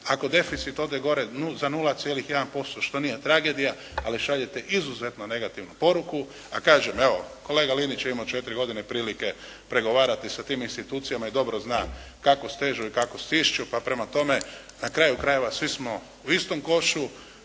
ako deficit ode gore za 0,1% što nije tragedija ali šaljete izuzetno negativnu poruku. A kažem evo kolega Linić je imao 4 godine prilike pregovarati sa tim institucijama i dobro zna kako stežu i kako stišću pa prema tome na kraju krajeva svi smo u istom košu.